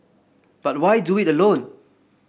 but why do it alone